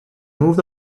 moved